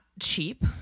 cheap